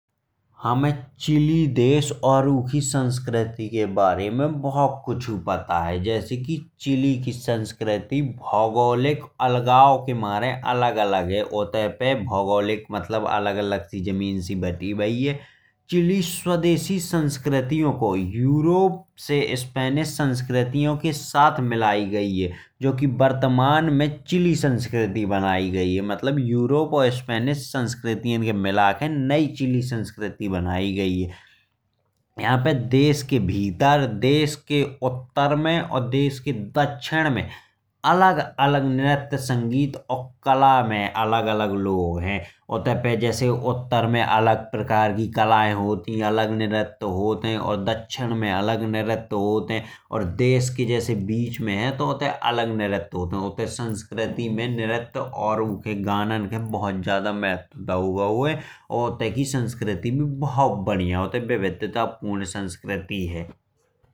हमे चिली देश और उखी संस्कृति के बारे में बहुत कुछु पता है। जैसे कि चिली की संस्कृति भौगोलिक अलगाव के मारे अलग अलग है। भौगोलिक मतलब अलग अलग जमीन सी बटी भाई है। चिली स्वदेशी संस्कृतियों को यूरोप स्पेनिश के साथ मिलाई गई है। जो कि वर्तमान में चिली संस्कृति बनाई गई है। मतलब यूरोप और स्पेनिश के मिला के नई चिली संस्कृति बनाई गई है। यहाँ पे देश के भीतर देश के उत्तर में और देश के दक्षिण। में अलग अलग नृत्य संगीत और कला में अलग अलग लोग है। उत्ते पे जैसे उत्तर में अलग प्रकार की कलाएँ होती ही। उत्तर में अलग प्रकार की कलाएँ होती ही अलग नृत्य होते हैं। और दक्षिण में अलग नृत्य होते हैं और देश के बीच में अलग नृत्य होते हैं। उत्ते की संस्कृति में नृत्य और उनके गानों के बहुत ज्यादा महत्व देना गया है। उत्ते की संस्कृति भी बहुत बढ़िया है उत्ते पे विविधता पूर्ण संस्कृति है।